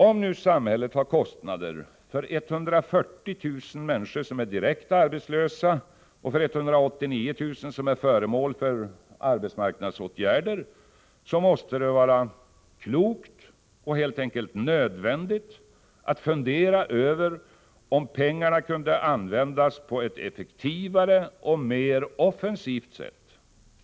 Om nu samhället har kostnader för 140 000 människor som är direkt arbetslösa och för 189 000 som är föremål för arbetsmarknadsåtgärder, måste det vara klokt och helt enkelt nödvändigt att fundera över om pengarna kunde användas på ett effektivare och mera offensivt sätt.